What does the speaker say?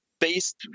based